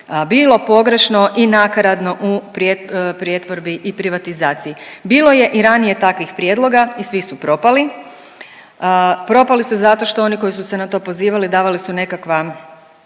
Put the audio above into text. bilo pogrešno i nakaradno u pretvorbi i privatizaciji. Bilo je i ranije takvih prijedloga i svi su propali. Propali su zato što oni koji su se na to pozivali davali su nekakva